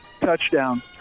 touchdown